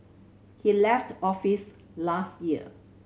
he left office last year